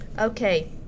Okay